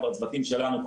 הצוותים שלנו,